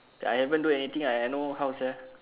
I haven't do anything I I know how sia